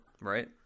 Right